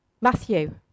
Matthew